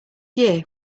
year